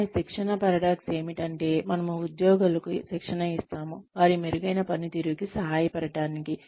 కానీ శిక్షణ పారడాక్స్ ఏమిటంటే మనము ఉద్యోగులకు శిక్షణ ఇస్తాము వారి మెరుగైన పనితీరుకి సహాయపడటానికి